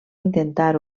intentar